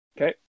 Okay